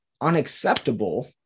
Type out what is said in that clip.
unacceptable